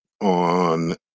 on